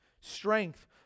strength